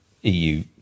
EU